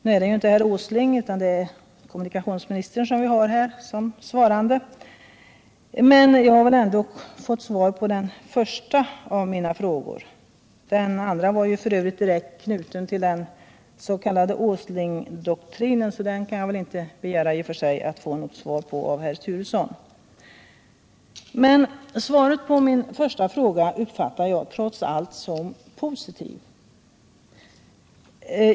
Nu är det ju inte industriministern utan kommunikationsministern som har att svara på interpellationen. På den första av mina frågor har jag väl fått svar. Den andra frågan var f. ö. direkt knuten till den s.k. Åslingdoktrinen, så den kan jag väl inte begära att få något svar på av herr Turesson. Svaret på min första fråga uppfattar jag trots allt som positivt.